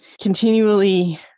continually